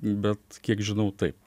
bet kiek žinau taip